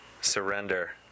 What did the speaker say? surrender